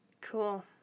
cool